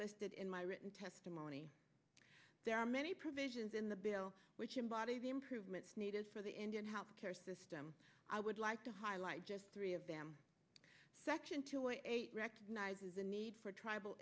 listed in my written testimony there are many provisions in the bill which embody the improvements needed for the indian health care system i would like to highlight just three of them section two zero eight recognizes the need for tribal